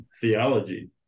theology